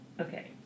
Okay